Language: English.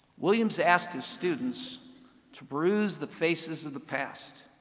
williams asked his students to peruse the faces of the past,